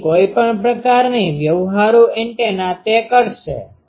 તેથી કોઈપણ પ્રકારની વ્યવહારુ એન્ટેના તે કરશે